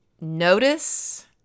notice